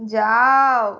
যাও